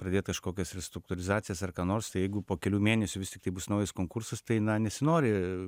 pradėt kažkokias restruktūrizacijas ar ką nors tai jeigu po kelių mėnesių vis tiktai bus naujas konkursas tai na nesinori